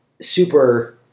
super